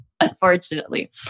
unfortunately